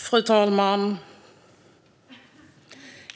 Fru talman!